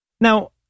Now